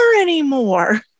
anymore